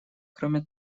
кроме